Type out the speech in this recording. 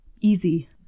easy